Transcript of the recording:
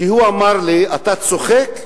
הוא אמר לי: אתה צוחק?